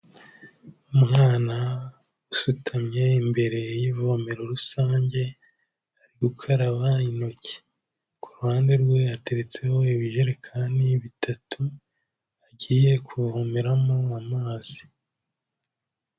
Umwana usutamye imbere y'ivome rusange ari gukaraba intoki, ku ruhande rwe hateretseho ibijerekani bitatu agiye kuvomeramo amazi.